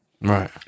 Right